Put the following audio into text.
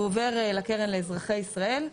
הוא עובר לקרן לאזרחי ישראל.